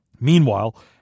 Meanwhile